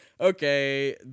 Okay